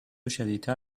شدیدتر